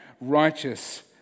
righteous